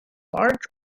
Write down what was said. large